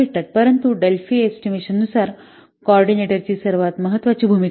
परंतु Delphi estimation नुसार coordinator ची सर्वात महत्वाची भूमिका असते